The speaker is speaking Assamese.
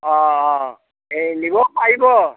অঁ অঁ এই নিব পাৰিব